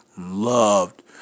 loved